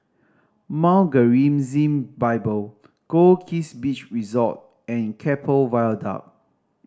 Mount Gerizim Bible Goldkist Beach Resort and Keppel Viaduct